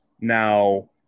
Now